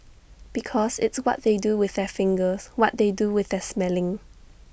because it's what they do with their fingers what they do with their smelling